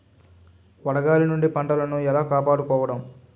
వడగాలి నుండి పంటను ఏలా కాపాడుకోవడం?